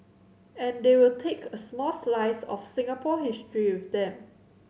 and they will take a small slice of Singapore history with them